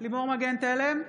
לימור מגן תלם,